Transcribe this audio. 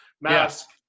mask